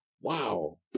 Wow